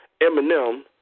Eminem